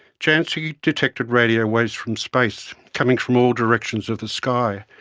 jansky detected radio waves from space, coming from all directions of the sky,